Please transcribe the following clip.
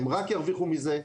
הם רק ירוויחו מזה,